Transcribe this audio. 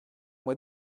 mois